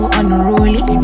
unruly